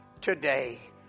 today